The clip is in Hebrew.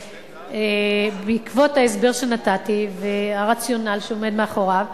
בעקבות ההסבר שנתתי והרציונל שעומד מאחוריו,